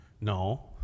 No